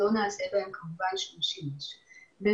וכמובן שלא נעשה בהם שום שימוש.